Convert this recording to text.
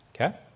Okay